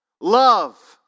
Love